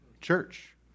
Church